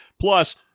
Plus